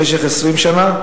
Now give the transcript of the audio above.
במשך 20 שנה,